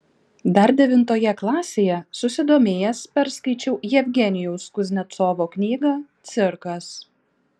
dar devintoje klasėje susidomėjęs perskaičiau jevgenijaus kuznecovo knygą cirkas